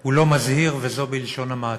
הוא לא מזהיר, וזה בלשון המעטה.